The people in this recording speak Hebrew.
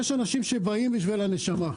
יש אנשים שבאים בשביל הנשמה.